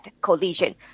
collision